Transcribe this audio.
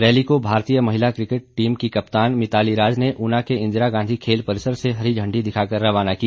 rally को भारतीय महिला क्रिकेट टीम की कप्तान मिताली राज ने ऊना के इंदिरा गांधी खेल परिसर से हरी इांडी दिखाकर रवाना किया